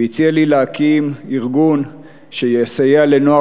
והציע לי להקים ארגון שיסייע לנוער